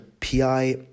PI